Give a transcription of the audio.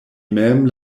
mem